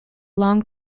long